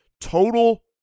total